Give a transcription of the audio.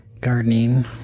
gardening